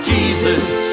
Jesus